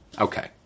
Okay